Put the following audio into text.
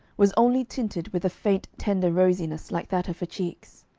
was only tinted with a faint tender rosiness, like that of her cheeks.